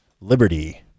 Liberty